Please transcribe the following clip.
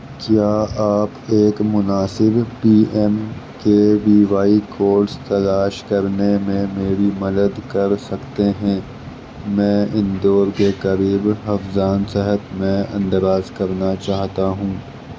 کیا آپ ایک مناسب P M K V Y course تلاش کرنے میں میری مدد کر سکتے ہیں میں اندور کے قریب حفظان صحت میں اندراج کرنا چاہتا ہوں